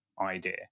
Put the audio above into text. idea